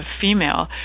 female